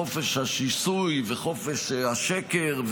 חופש השיסוי וחופש השקר,